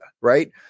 right